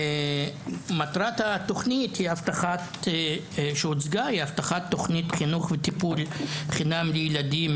מטרת התוכנית שהוצגה היא הבטחת תוכנית חינוך וטיפול חינם לילדים,